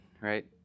right